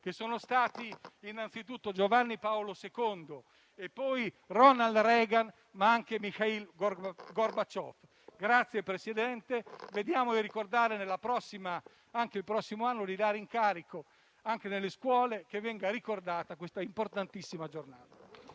che sono stati innanzi tutto Giovanni Paolo II e Ronald Reagan, ma anche Michail Gorbačëv. Grazie, Presidente: ricordiamoci il prossimo anno di dare incarico anche nelle scuole che venga ricordata questa importantissima giornata.